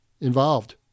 involved